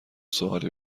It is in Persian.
سوالی